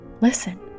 listen